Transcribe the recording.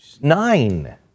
Nine